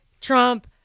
trump